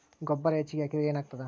ಗೊಬ್ಬರ ಹೆಚ್ಚಿಗೆ ಹಾಕಿದರೆ ಏನಾಗ್ತದ?